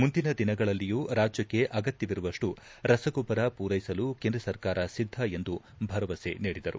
ಮುಂದಿನ ದಿನಗಳಲ್ಲಿಯೂ ರಾಜ್ಯಕ್ಷೆ ಅಗತ್ಯವಿರುವಷ್ಟು ರಸಗೊಬ್ಬರ ಪೂರೈಸಲು ಕೇಂದ್ರ ಸರ್ಕಾರ ಸಿದ್ದ ಎಂದು ಭರವಸೆ ನೀಡಿದರು